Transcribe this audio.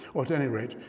or at any rate,